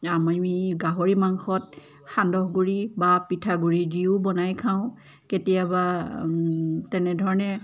আমি গাহৰি মাংসত সান্দহ গুড়ি বা পিঠাগুড়ি দিও বনাই খাওঁ কেতিয়াবা তেনেধৰণে